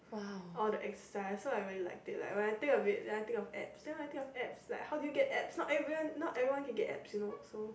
all the exercise so I really like it when I think about it when I think of abs then when i think of abs how you get abs not everbody not everyone can get abs you know so